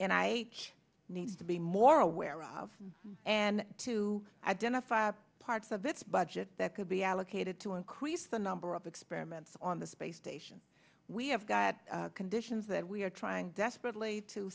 and i need to be more aware of and to identify parts of this budget that could be allocated to increase the number of experiments on the space station we have got conditions that we are trying desperately to